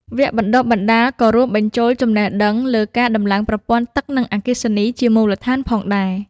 វគ្គបណ្តុះបណ្តាលក៏រួមបញ្ចូលចំណេះដឹងលើការដំឡើងប្រព័ន្ធទឹកនិងអគ្គិសនីជាមូលដ្ឋានផងដែរ។